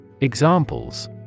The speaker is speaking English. Examples